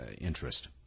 interest